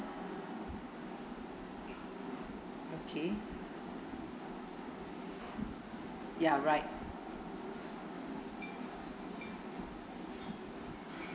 okay ya right